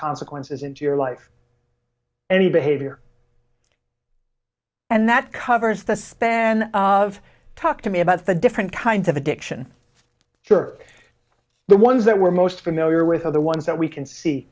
consequences into your life any behavior and that covers the span of talk to me about the different kinds of addiction your the ones that we're most familiar with of the ones that we can see